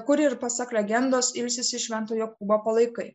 kur ir pasak legendos ilsisi švento jokūbo palaikai